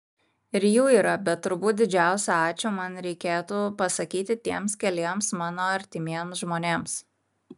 ir jų yra bet turbūt didžiausią ačiū man reikėtų pasakyti tiems keliems mano artimiems žmonėms